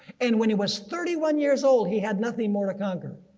and when he was thirty one years old he had nothing more to conquer.